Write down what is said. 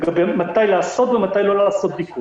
לגבי מתי לעשות ומתי לא לעשות בדיקות.